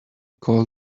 call